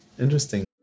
Interesting